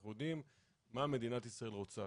אנחנו יודעים מה מדינת ישראל רוצה,